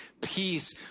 peace